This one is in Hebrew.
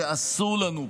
שאסור לנו,